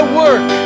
work